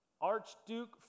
Archduke